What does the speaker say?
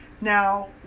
Now